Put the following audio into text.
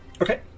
Okay